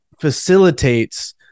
facilitates